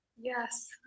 Yes